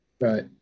Right